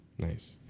Nice